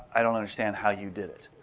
i don't understand how you did it.